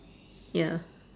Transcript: ya